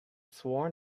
sworn